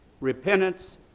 Repentance